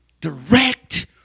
direct